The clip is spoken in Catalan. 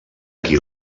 aquí